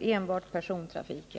ännu inte utvecklats i Sverige.